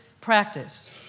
practice